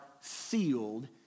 sealed